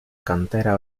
cantera